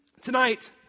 tonight